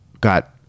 got